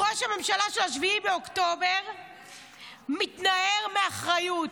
ראש הממשלה של 7 באוקטובר מתנער מאחריות.